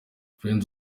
friends